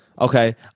Okay